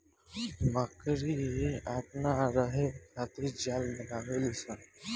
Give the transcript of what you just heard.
मकड़ी अपना रहे खातिर जाल बनावे ली स